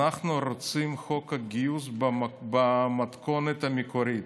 אנחנו רוצים את חוק הגיוס במתכונת המקורית.